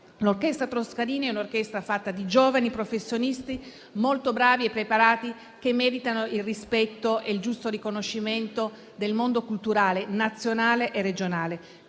L'orchestra Toscanini è fatta di giovani professionisti, molto bravi e preparati, che meritano il rispetto e il giusto riconoscimento del mondo culturale nazionale e regionale.